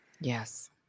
Yes